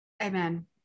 Amen